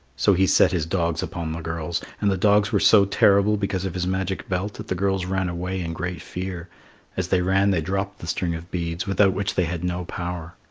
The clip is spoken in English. so he set his dogs upon the girls, and the dogs were so terrible because of his magic belt that the girls ran away in great fear as they ran, they dropped the string of beads, without which they had no power.